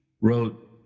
wrote